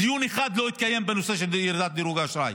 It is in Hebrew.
דיון אחד לא התקיים בנושא של ירידת דירוג האשראי,